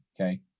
Okay